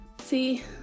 see